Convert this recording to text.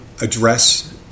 address